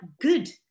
good